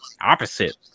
opposite